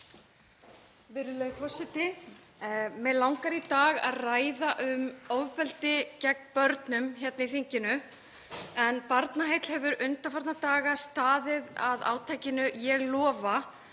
Virðulegi forseti. Mig langar í dag að ræða um ofbeldi gegn börnum hérna í þinginu en Barnaheill hefur undanfarna daga staðið að átakinu Ég lofa